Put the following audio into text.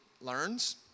learns